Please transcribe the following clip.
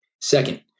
Second